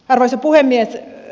arvoisa puhemies